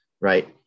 Right